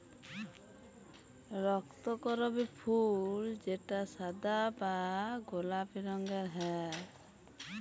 রক্তকরবী ফুল যেটা সাদা বা গোলাপি রঙের হ্যয়